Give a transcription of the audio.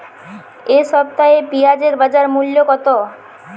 এ সপ্তাহে পেঁয়াজের বাজার মূল্য কত?